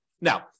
Now